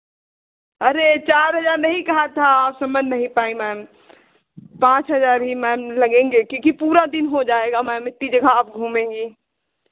अरे चार हज़ार नहीं कहा था आप समझ नहीं पाईं मैम पाँच हज़ार ही मैम लगेंगे क्योंकि पूरा दिन हो जाएगा मैम इतनी जगह आप घूमेंगी